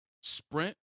sprint